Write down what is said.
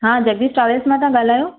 हा जगदीश ट्रैव्लस मां था ॻाल्हायो